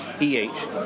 E-H